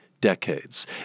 decades